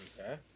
Okay